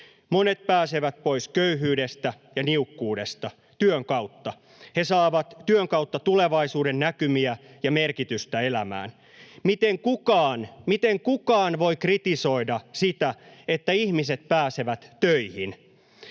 Monet pääsevät pois köyhyydestä ja niukkuudesta työn kautta. He saavat työn kautta tulevaisuudennäkymiä ja merkitystä elämään. Miten kukaan voi kritisoida sitä, että ihmiset pääsevät töihin?